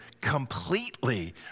completely